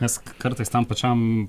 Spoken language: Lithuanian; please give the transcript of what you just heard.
nes kartais tam pačiam